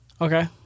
Okay